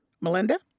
Melinda